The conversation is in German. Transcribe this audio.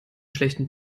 schlechten